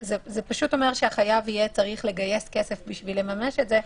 זה אומר שהחייב יהיה צריך לגייס כסף כדי לממש את זה.